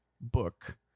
book